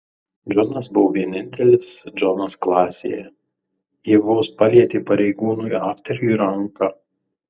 džonas buvo vienintelis džonas klasėje ji vos palietė pareigūnui afteriui ranką